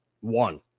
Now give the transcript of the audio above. One